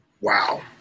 Wow